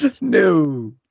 No